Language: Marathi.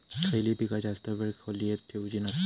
खयली पीका जास्त वेळ खोल्येत ठेवूचे नसतत?